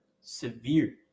severe